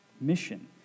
mission